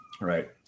right